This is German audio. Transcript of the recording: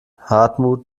hartmut